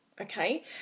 okay